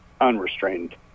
unrestrained